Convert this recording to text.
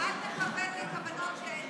ווליד, אל תכוון לי כוונות שאין לי,